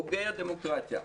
הוגי הדמוקרטיה,